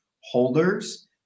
holders